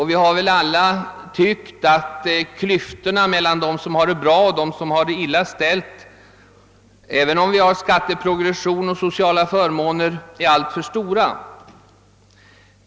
Vi har väl alla tyckt att klyftorna mellan dem som har det bra och dem som har det illa ställt, även om vi har skatteprogression och sociala förmåner, är alltför stora.